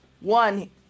one